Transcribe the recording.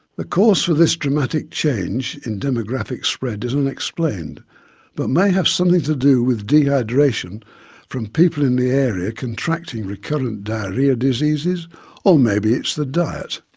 the cause for this dramatic change in demographic spread is unexplained but may have something to do with dehydration from people in the area contracting recurrent diarrhoeal diseases or maybe it's the diet.